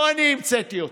לא אני המצאתי אותו.